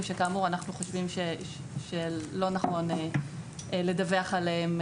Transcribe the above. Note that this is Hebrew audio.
שכאמור אנחנו חושבים שלא נכון לדווח עליהם,